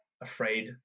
afraid